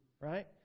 right